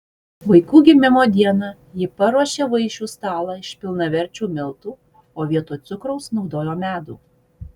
vaikų gimimo dieną ji paruošė vaišių stalą iš pilnaverčių miltų o vietoj cukraus naudojo medų